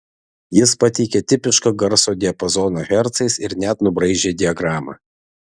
jis pateikė tipišką garso diapazoną hercais ir net nubraižė diagramą